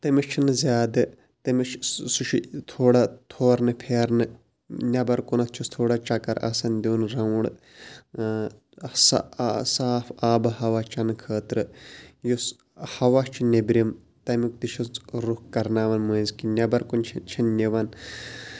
تٔمِس چھِنہٕ زیادٕ تٔمِس چھِ سُہ سُہ چھِ تھوڑا تھورنہٕ پھرنہٕ نٮ۪بَر کُنَتھ چھِس تھوڑا چکر آسان دیُن راوُنٛڈ صاف آبہٕ ہوا چَنہٕ خٲطرٕ یُس ہوا چھُ نٮ۪برِم تَمیُک تہِ چھِس رُخ کرناوان مٔنٛزۍ کہِ نٮ۪بَر کُن چھِ چھِن نِوان